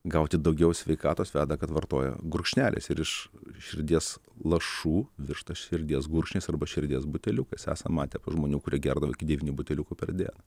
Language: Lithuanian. gauti daugiau sveikatos veda kad vartoja gurkšneliais ir iš širdies lašų viršta širdies gurkšniais arba širdies buteliukais esam matę žmonių kurie gerdavo iki devynių buteliukų per dieną